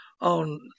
on